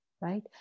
right